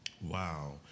wow